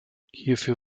hierfür